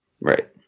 Right